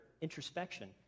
introspection